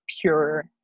pure